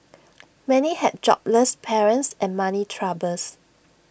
many had jobless parents and money troubles